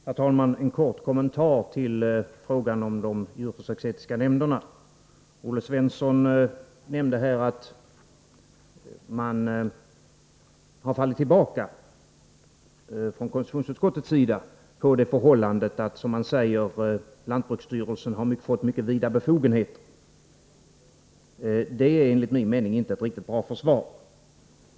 Herr talman! En kort kommentar till frågan om de djurförsöksetiska nämnderna. Olle Svensson nämnde att man från konstitutionsutskottets sida har fallit tillbaka på det förhållandet att, som man säger, lantbruksstyrelsen har fått mycket vida befogenheter. Det är enligt min mening inte ett riktigt bra försvar.